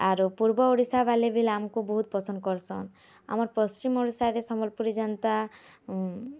arrow ପୂର୍ବ ଓଡ଼ିଶାବାଲେ ବି ଆମ୍କୁ ବହୁତ୍ ପସନ୍ଦ୍ କର୍ସନ୍ ଆମର୍ ପଶ୍ଚିମ୍ ଓଡ଼ିଶାକେ ସମଲ୍ପୁରୀ ଯେନ୍ତା